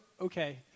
Okay